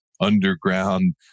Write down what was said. underground